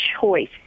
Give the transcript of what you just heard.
choice